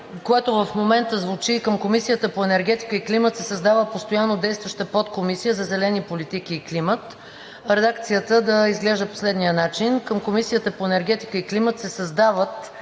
Комисията по енергетика и климат се създава постоянно действаща подкомисия за зелени политики и климат“. Редакцията да изглежда по следния начин: „Към Комисията по енергетика и климат се създават